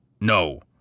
No